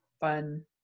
fun